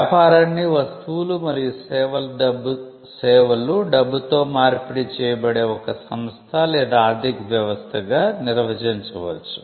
వ్యాపారాన్ని 'వస్తువులు మరియు సేవలు డబ్బుతో మార్పిడి చేయబడే' ఒక సంస్థ లేదా ఆర్థిక వ్యవస్థగా నిర్వచించవచ్చు